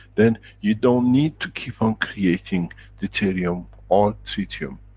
then you don't need to keep on creating deuterium or tritium.